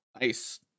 nice